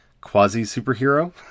quasi-superhero